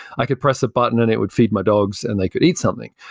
i could press a button and it would feed my dogs and they could eat something.